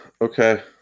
Okay